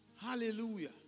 Hallelujah